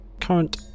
current